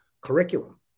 curriculum